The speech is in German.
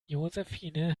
josephine